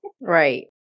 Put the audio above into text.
Right